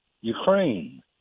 Ukraine